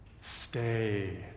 stay